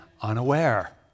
unaware